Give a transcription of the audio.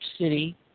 city